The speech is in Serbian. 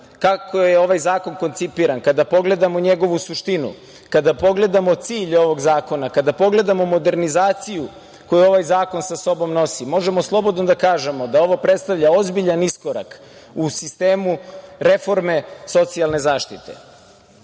kako je ovaj zakon koncipiran, kada pogledamo njegovu suštinu, kada pogledamo cilj ovog zakona, kada pogledamo modernizaciju koju ovaj zakon sa sobom nosi, možemo slobodno da kažemo da ovo predstavlja ozbiljan iskorak u sistemu reforme socijalne zaštite. Svakako